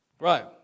Right